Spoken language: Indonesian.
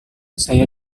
saya